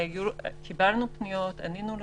קיבלנו פניות, ענינו לפניות.